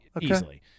easily